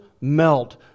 melt